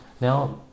Now